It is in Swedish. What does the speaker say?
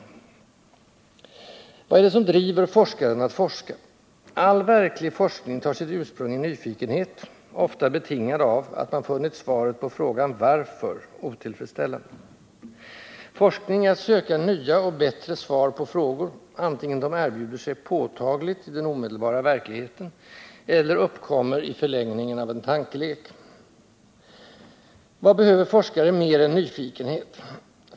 i 28 maj 1979 Vad är det som driver forskaren att forska? All verklig forskning tar sitt ursprung i nyfikenhet, ofta betingad av att man funnit svaret på frågan ”Varför?” otillfredsställande. Forskning är att söka nya och bättre svar på frågor, antingen de erbjuder sig påtagligt i den omedelbara verkligheten eller uppkommer i förlängningen av en tankelek. Vad behöver forskare mer än nyfikenhet?